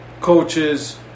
coaches